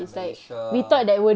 like malaysia